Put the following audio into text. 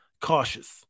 cautious